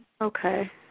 Okay